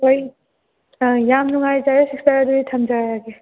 ꯍꯣꯏ ꯑꯥ ꯌꯥꯝ ꯅꯨꯡꯉꯥꯏꯖꯔꯦ ꯁꯤꯁꯇꯔ ꯑꯗꯨꯗꯤ ꯊꯝꯖꯔꯒꯦ